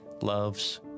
loves